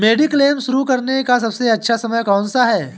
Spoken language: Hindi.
मेडिक्लेम शुरू करने का सबसे अच्छा समय कौनसा है?